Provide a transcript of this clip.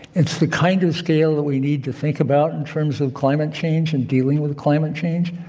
it's the kind of scale that we need to think about in terms of climate change and dealing with climate change.